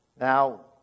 Now